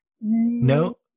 No